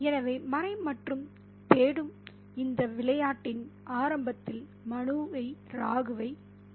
எனவே மறை மற்றும் தேடும் இந்த விளையாட்டின் ஆரம்பத்தில் மனுவை ராகுவை கண்டோம்